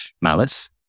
malice